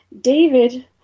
David